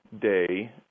Day